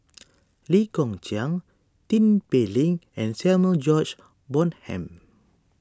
Lee Kong Chian Tin Pei Ling and Samuel George Bonham